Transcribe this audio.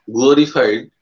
Glorified